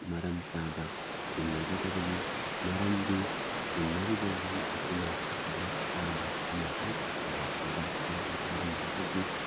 ꯃꯔꯝ ꯆꯥꯕ ꯇꯤꯟꯅꯒꯗꯕꯅꯤ ꯃꯔꯝꯗꯤ ꯇꯤꯟꯅꯔꯤꯕ ꯃꯤ ꯑꯁꯤꯅ ꯗ꯭ꯔꯡ ꯆꯥꯕ ꯑꯃꯗꯤ ꯐꯠꯇꯕ ꯆꯤꯟꯖꯥꯛ ꯆꯥꯕ ꯌꯥꯎꯔꯝꯂꯒꯗꯤ